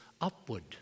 upward